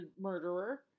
murderer